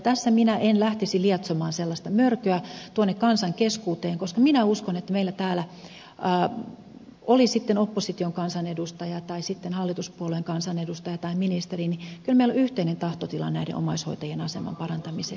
tässä minä en lähtisi lietsomaan sellaista mörköä tuonne kansan keskuuteen koska minä uskon että meillä täällä oli sitten opposition kansanedustaja tai hallituspuolueen kansanedustaja tai ministeri on kyllä yhteinen tahtotila näiden omaishoitajien aseman parantamiseksi